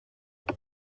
they